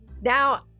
Now